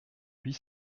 huit